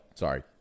Sorry